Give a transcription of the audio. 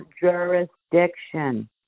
Jurisdiction